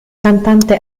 cantante